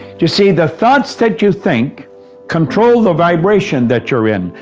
you see, the thoughts that you think control the vibration that you're in.